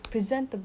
badan yang sihat